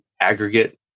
aggregate